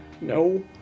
no